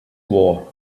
war